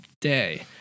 day